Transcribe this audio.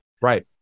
Right